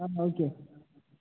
okay